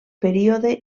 període